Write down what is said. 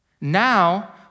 Now